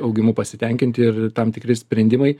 augimu pasitenkinti ir tam tikri sprendimai